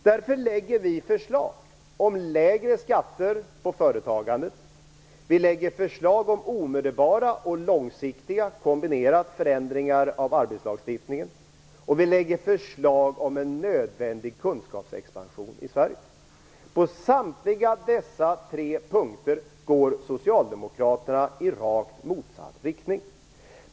Därför lägger vi fram förslag om lägre skatter på företagandet, vi lägger fram förslag om omedelbara och långsiktiga - kombinerat - förändringar av arbetslagstiftningen, och vi lägger fram förslag om en nödvändig kunskapsexpansion i Sverige. På samtliga dessa tre punkter går socialdemokraterna i rakt motsatt riktning.